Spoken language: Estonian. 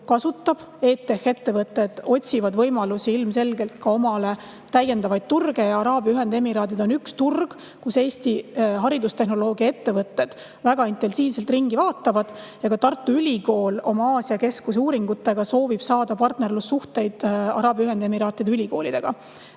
kasutab. EdTechi ettevõtted otsivad omale täiendavaid turge ja Araabia Ühendemiraadid on üks turg, kus Eesti haridustehnoloogiaettevõtted väga intensiivselt ringi vaatavad. Ka Tartu Ülikool soovib oma Aasia keskuse uuringutega saada partnerlussuhteid Araabia Ühendemiraatide ülikoolidega.